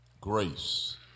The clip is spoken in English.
Grace